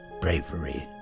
bravery